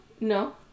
No